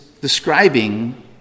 describing